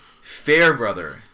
Fairbrother